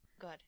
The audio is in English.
good